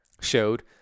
showed